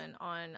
on